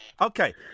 Okay